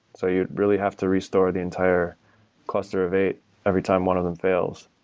so you really have to restore the entire cost survey every time one of them fails.